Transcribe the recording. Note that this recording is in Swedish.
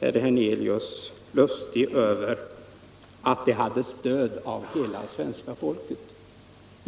herr Hernelius lustig över — att det hade stöd av hela svenska folket.